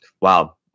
Wow